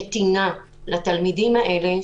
נתינה לתלמידים האלה,